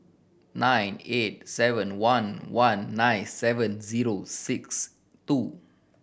nine eight seven one one nine seven zero six two